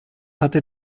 hatte